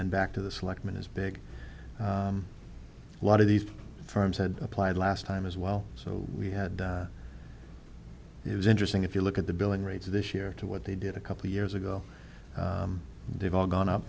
then back to the selectmen as big a lot of these firms had applied last time as well so we had it was interesting if you look at the billing rates this year to what they did a couple of years ago they've all gone up